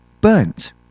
burnt